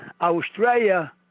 Australia